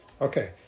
Okay